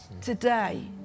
today